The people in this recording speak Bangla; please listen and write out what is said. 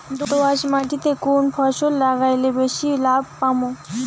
দোয়াস মাটিতে কুন ফসল লাগাইলে বেশি লাভ পামু?